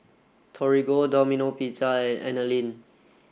Torigo Domino Pizza and Anlene